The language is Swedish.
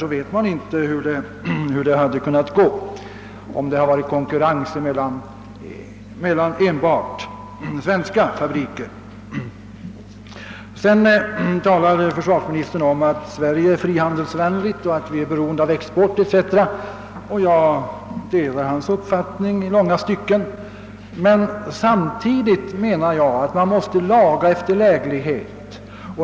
Vi vet därför inte hur det hade gått om enbart svenska fabriker hade konkurrerat. Försvarsministern sade vidare att Sverige är frihandelsvänligt, att vi är beroende av export etc. Jag instämmer häri, men samtidigt menar jag att man måste laga efter läglighet.